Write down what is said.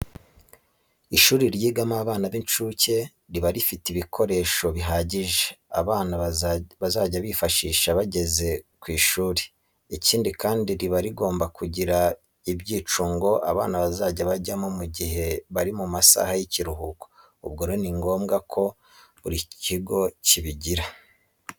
Ishuri ryigamo abana b'incuke riba rifite ibikoresho bihagije abana bazajya bifashisha bageze ku ishuri. Ikindi kandi riba rigomba kugira n'ibyicungo abana bazajya bajyamo mu gihe bari mu masaha y'ikiruhuko. Ubwo rero ni ngombwa ko buri kigo kibigira.